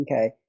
okay